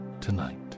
tonight